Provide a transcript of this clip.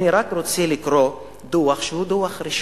אני רק רוצה לקרוא דוח שהוא דוח רשמי.